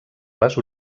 les